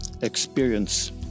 experience